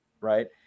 right